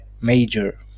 major